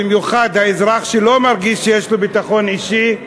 במיוחד האזרח שלא מרגיש שיש לו ביטחון אישי,